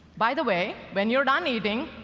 by the way, when you're done eating,